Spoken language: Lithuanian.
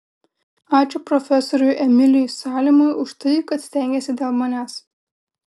ačiū profesoriui emiliui salimui už tai kad stengėsi dėl manęs